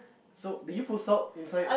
so do you put salt inside